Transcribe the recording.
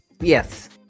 Yes